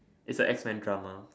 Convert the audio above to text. it's a X men drama